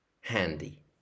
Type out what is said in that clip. handy